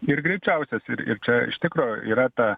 ir greičiausias ir ir čia iš tikro yra ta